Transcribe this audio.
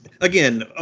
again